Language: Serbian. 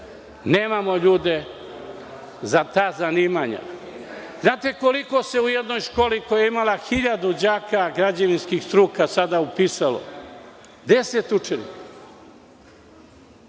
nemamo ljude za ta zanimanja. Da li znate koliko se u jednoj školi, koja je imala 1000 đaka građevinskih struka, sada upisalo? Deset učenika.